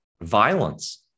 Violence